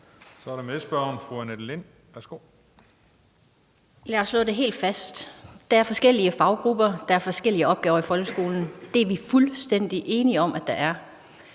Annette Lind. Værsgo. Kl. 16:15 Annette Lind (S): Lad os slå det helt fast: Der er forskellige faggrupper, der er forskellige opgaver i folkeskolen. Det er vi fuldstændig enige om at der er.